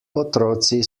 otroci